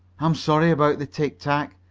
i'm sorry about the tic-tac,